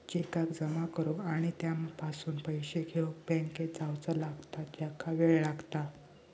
चेकाक जमा करुक आणि त्यापासून पैशे घेउक बँकेत जावचा लागता ज्याका वेळ लागता